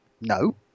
No